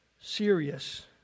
serious